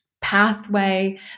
pathway